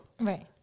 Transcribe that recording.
Right